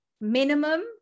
minimum